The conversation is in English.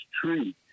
tree